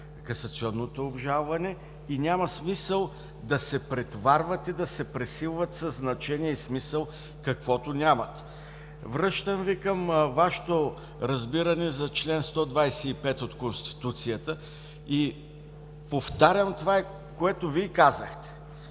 касационното обжалване и няма смисъл да се претоварват и да се пресилват със значение и смисъл, каквото нямат. Връщам Ви към Вашето разбиране за чл. 125 от Конституцията и повтарям това, което Вие казахте: